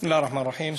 א-רחמאן א-רחים.